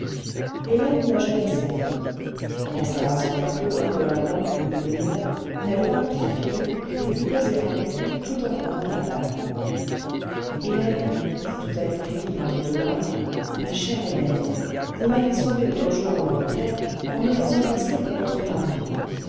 hélène nageait assez bien en s'avançant un peu hors de la grande foule des baigneurs elle rencontra philippe et put causer avec lui tout en fendant la vague ce hélène dit tout à coup philippe entre deux lames ma chère hélène vous m'avez sauvé l'autre jour en angleterre en me faisant passer pour votre mari